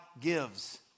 gives